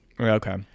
Okay